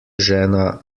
žena